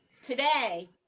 today